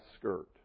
skirt